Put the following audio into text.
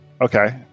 Okay